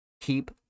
Keep